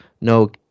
no